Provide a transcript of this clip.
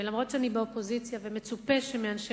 ואף שאני באופוזיציה ומצופה שמאנשי